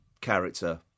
character